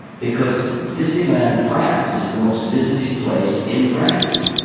because disneyland france is the most visited place in france.